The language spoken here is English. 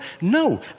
No